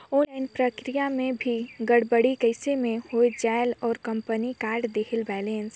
Online प्रक्रिया मे भी गड़बड़ी कइसे मे हो जायेल और कंपनी काट देहेल बैलेंस?